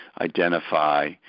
identify